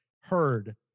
heard